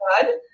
good